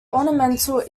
ornamental